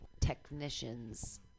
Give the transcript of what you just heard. technicians